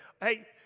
Hey